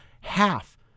half